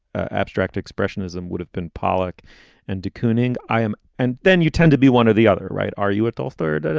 abstract expressionism would have been pollock and de kooning. i am. and then you tend to be one or the other, right. are you at all third?